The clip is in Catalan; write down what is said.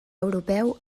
europeu